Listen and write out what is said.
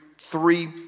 three